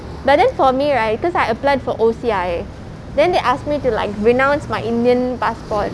but then for me right because I applied for O_C_I then they ask me to like renounce my indian passport